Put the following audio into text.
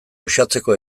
uxatzeko